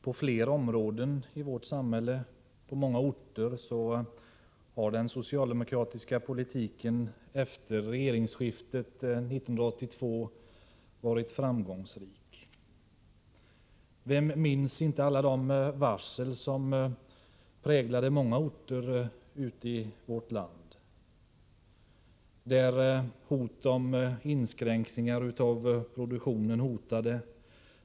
På flera områden i vårt samhälle och på många orter har den socialdemokratiska politiken efter regeringsskiftet 1982 varit framgångsrik. Vem minns inte alla de varsel som präglade många orter i vårt land. Hot om inskränk ningar i produktionen förekom.